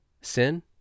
Sin